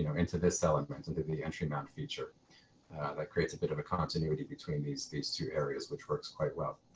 you know into this elements into the entry mount feature that creates a bit of a continuity between these, these two areas which works quite well.